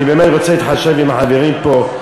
אני באמת רוצה להתחשב בחברים פה.